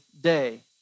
day